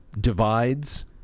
divides